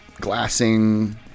Glassing